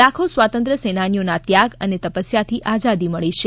લાખો સ્વાતંત્ર્ય સેનાનીઓના ત્યાગ અને તપસ્યાથી આઝાદી મળી છે